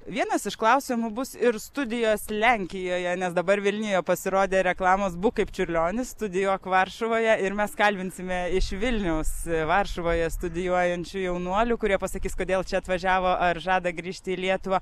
vienas iš klausimų bus ir studijos lenkijoje nes dabar vilniuje pasirodė reklamos būk kaip čiurlionis studijuok varšuvoje ir mes kalbinsime iš vilniaus varšuvoje studijuojančių jaunuolių kurie pasakys kodėl čia atvažiavo ar žada grįžti į lietuvą